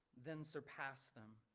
then surpassed them.